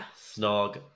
Snog